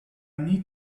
need